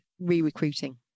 re-recruiting